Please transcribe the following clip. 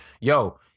yo